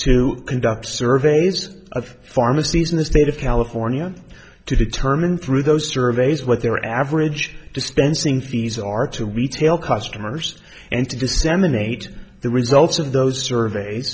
to conduct surveys of pharmacies in the state of california to determine through those surveys what their average dispensing fees our to retail customers and to disseminate the results of those surveys